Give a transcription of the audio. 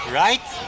right